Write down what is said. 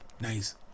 nice